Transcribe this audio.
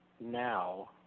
now